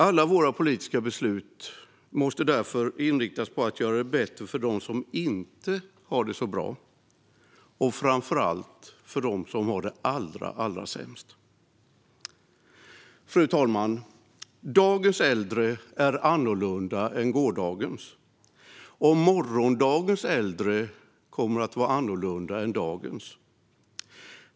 Alla våra politiska beslut måste därför inriktas på att göra det bättre för dem som inte har det så bra och framför allt för dem som har det allra sämst. Fru talman! Dagens äldre är annorlunda än gårdagens, och morgondagens äldre kommer att vara annorlunda än dagens.